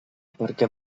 perquè